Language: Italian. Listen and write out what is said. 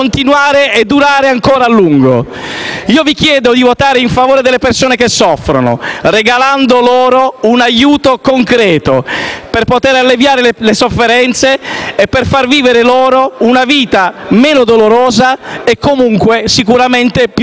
Vi chiedo di votare in favore delle persone che soffrono, regalando loro un aiuto concreto, per poter alleviare le sofferenze e far vivere loro una vita meno dolorosa e comunque sicuramente più felice.